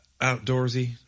outdoorsy